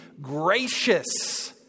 gracious